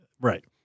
right